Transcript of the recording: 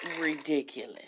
Ridiculous